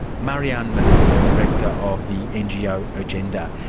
marjan minnesma, director of the ngo ah urgenda.